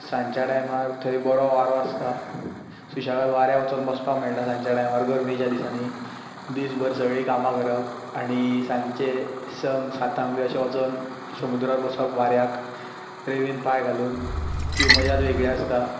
सांजच्या टायमार थंय बरो वारो आसता सुशेगाद वाऱ्यार वचून बसपाक मेळटा सांजच्या टायमार गर्मेच्या दिसांनी दीस भर सगळीं कामा करप आनी सांजचें संक सातांक बी अशें वचून समुद्रार बसप अशें वाऱ्याक रेवेंत पांय घालून ती मजाच वेगळी आसता